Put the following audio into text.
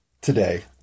today